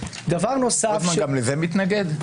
רוטמן גם לזה מתנגד?